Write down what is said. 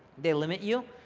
they limit you,